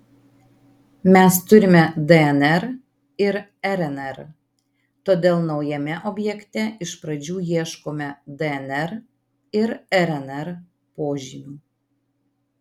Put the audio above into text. mes turime dnr ir rnr todėl naujame objekte iš pradžių ieškome dnr ir rnr požymių